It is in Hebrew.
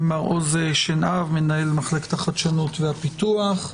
מר עוז שנהב מנהל מחלקת החדשנות והפיתוח.